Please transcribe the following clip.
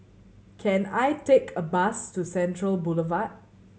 can I take a bus to Central Boulevard